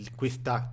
questa